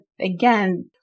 again